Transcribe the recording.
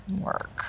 Work